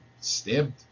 stabbed